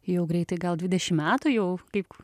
jau greitai gal dvidešim metų jau kaip